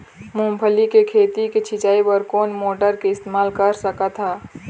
मूंगफली के खेती के सिचाई बर कोन मोटर के इस्तेमाल कर सकत ह?